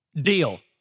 Deal